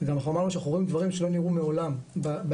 אנחנו גם אמרנו שאנחנו רואים דברים שלא נראו מעולם בהיקפים,